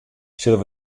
sille